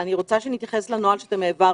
אני רוצה שנתייחס לנוהל שאתם העברתם.